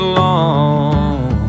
long